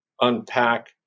unpack